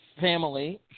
family